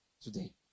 today